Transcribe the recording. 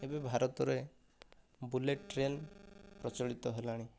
ଏବେ ଭାରତରେ bullet train ପ୍ରଚଳିତ ହେଲାଣି